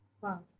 Wow